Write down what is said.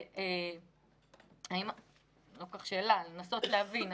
אני רוצה לנסות להבין,